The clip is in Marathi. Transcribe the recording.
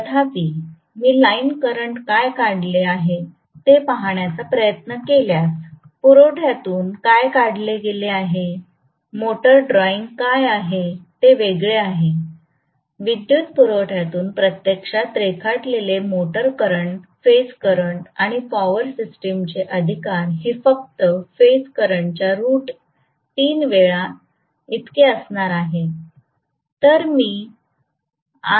तथापि मी लाइन करंट काय काढले आहे ते पाहण्याचा प्रयत्न केल्यास पुरवठ्यातून काय काढले गेले आहे मोटर ड्रॉईंग काय आहे ते वेगळे आहे विद्युत पुरवठ्यातून प्रत्यक्षात रेखाटलेले मोटार करंट फेज करंट आणि पॉवर सिस्टमचे अधिकार हे फक्त फेज करंट च्या रूट 3 वेळा इतके असणार आहे